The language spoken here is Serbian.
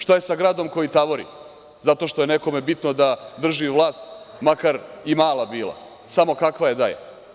Šta je sa gradom koji tavori zato što je nekome bitno da drži vlast, makar i mala bila, samo kakva je da je?